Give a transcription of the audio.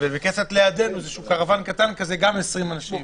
ובית כנסת לידנו קרוואן קטן - גם 20 אנשים.